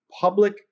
public